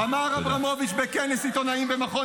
-- אמר אברמוביץ' בכנס עיתונאים במכון